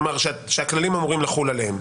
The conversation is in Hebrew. כלומר, שהכללים אמורים לחול עליהם.